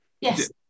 Yes